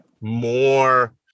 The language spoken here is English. more